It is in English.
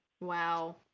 Wow